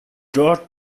dort